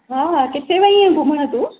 हा किथे वेई आहीं घुमणु तूं